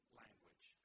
language